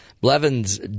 Blevins